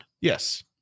yes